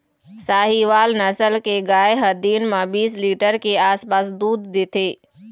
साहीवाल नसल के गाय ह दिन म बीस लीटर के आसपास दूद देथे